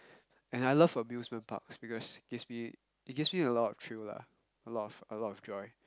and I love amusement parks because it gives me it gives me a lot of thrill lah a lot of joy